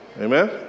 Amen